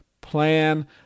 plan